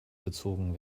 gezogen